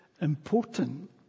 important